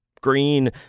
green